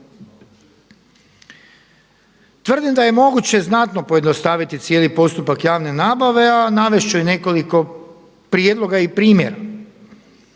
Tvrdim da je moguće znatno pojednostaviti cijeli postupak javne nabave, a navest ću i nekoliko prijedloga i primjera.